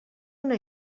una